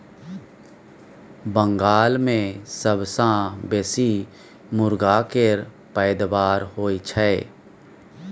बंगाल मे सबसँ बेसी मुरगा केर पैदाबार होई छै